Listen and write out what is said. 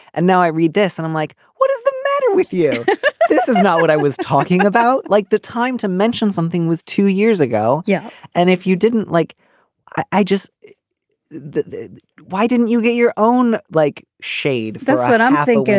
and now i read this and i'm like what is the matter with you this is not what i was talking about. like the time to mention something was two years ago. yeah. and if you didn't like i just that why didn't you get your own like shade. that's what i'm thinking.